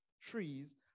trees